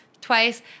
twice